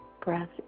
breath